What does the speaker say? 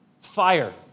Fire